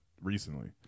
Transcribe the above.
recently